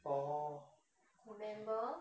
orh